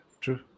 true